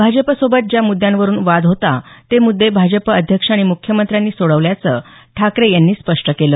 भाजपसोबत ज्या मुद्यांवरून वाद होता ते मुद्दे भाजप अध्यक्ष आणि मुख्यमंत्र्यांनी सोडवल्याचं ठाकरे यांनी स्पष्ट केलं